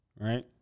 right